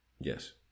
Yes